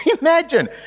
Imagine